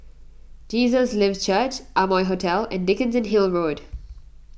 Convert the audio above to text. Jesus Lives Church Amoy Hotel and Dickenson Hill Road